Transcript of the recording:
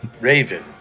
Raven